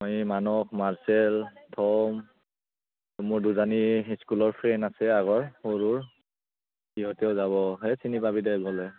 আমি মানুহ মাৰ্চেল থৌম আৰু মোৰ দুজনী স্কুলৰ ফ্ৰেণ্ড আছে সৰুৰ সিহঁতেও যাব সেই চিনি পাবি দে গ'লে